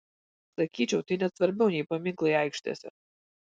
sakyčiau tai net svarbiau nei paminklai aikštėse